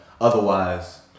Otherwise